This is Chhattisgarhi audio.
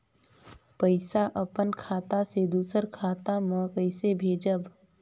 पइसा अपन खाता से दूसर कर खाता म कइसे भेजब?